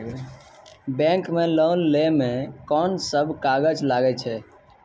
Bank मे loan लै मे कोन सब कागज लागै छै?